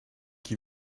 qui